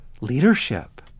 leadership